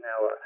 now